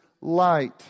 light